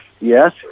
Yes